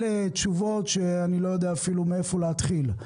אלה תשובות שאני לא יודע אפילו מאיפה להתחיל.